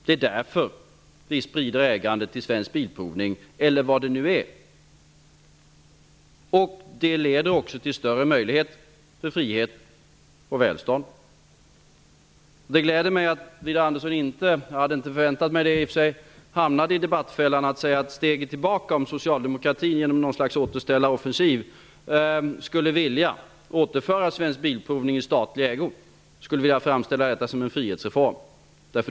Det är därför vi sprider ägandet i Svensk bilprovning, eller vad det nu är. Det leder också till större möjligheter för friheten och välståndet. Det gläder mig att Widar Andersson inte -- jag hade i och för sig inte förväntat mig det -- hamnade i debattfällan att framställa steget tillbaka, om Socialdemokraterna i någon slags återställaroffensiv skulle vilja återföra Svensk bilprovning i statlig ägo, som någon slags frihetsreform.